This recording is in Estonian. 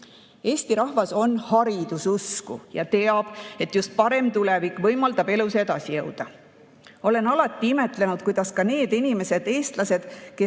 rahvas on hariduse usku ja teab, et just parem tulevik võimaldab elus edasi jõuda. Olen alati imetlenud, kuidas ka need inimesed, eestlased, kel